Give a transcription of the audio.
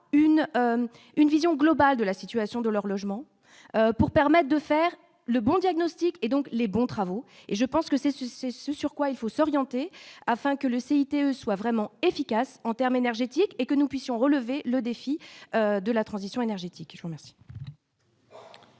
une vision globale de la situation de leur logement pour permettent de faire le bon diagnostic et donc les bons travaux et je pense que c'est ce ce, ce sur quoi il faut s'orienter, afin que le CICE soit vraiment efficace, en terme énergétique et que nous puissions relever le défi de la transition énergétique du chômage.